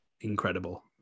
incredible